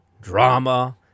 drama